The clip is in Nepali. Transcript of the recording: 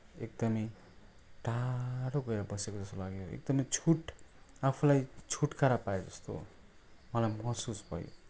एकदमै टाढो गएर बसे जस्तो लाग्यो एकदमै छुट् आफूलाई छुट्कारा पाएँ जस्तो मलाई महसुस भयो